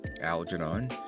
Algernon